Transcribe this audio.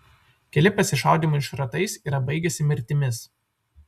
keli pasišaudymai šratais yra baigęsi mirtimis